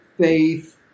faith